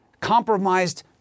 compromised